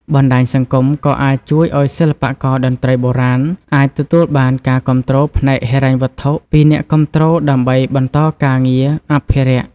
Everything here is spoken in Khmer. បណ្ដាញសង្គមក៏អាចជួយឲ្យសិល្បករតន្ត្រីបុរាណអាចទទួលបានការគាំទ្រផ្នែកហិរញ្ញវត្ថុពីអ្នកគាំទ្រដើម្បីបន្តការងារអភិរក្ស។